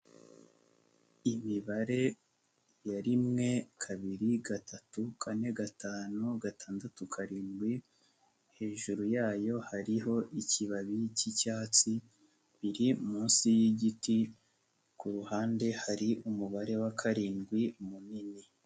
Imibare ya rimwe, kabiri, gatatu, kane, gatanu, gatandatu, karindwi, hejuru yayo hariho ikibabi cy'icyatsi, biri munsi y'igiti, ku ruhande hari umubare wa karindwi munini.